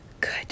Good